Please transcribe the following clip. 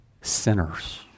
Sinners